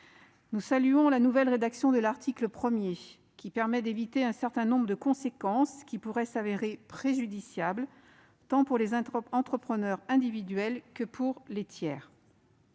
Nous saluons la nouvelle rédaction de l'article 1, qui permet d'éviter un certain nombre de conséquences pouvant s'avérer préjudiciables tant pour les entrepreneurs individuels que pour les tiers.